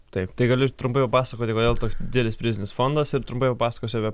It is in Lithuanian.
taip tai galiu ir trumpai papasakoti kodėl toks didelis prizinis fondas ir trumpai papasakosiu apie